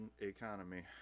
economy